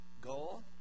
goal